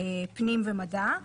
פנים ומדע.